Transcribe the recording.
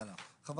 הלאה.